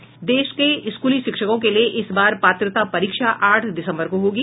देश के स्कूली शिक्षकों के लिए इस बार पात्रता परीक्षा आठ दिसंबर को होगी